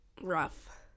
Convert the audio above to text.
rough